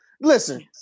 listen